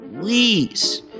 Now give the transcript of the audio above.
please